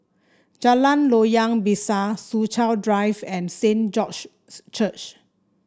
Jalan Loyang Besar Soo Chow Drive and Saint George's Church